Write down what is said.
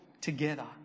together